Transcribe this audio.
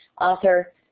author